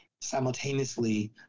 simultaneously